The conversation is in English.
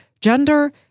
gender